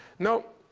now,